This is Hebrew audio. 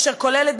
אשר כוללת,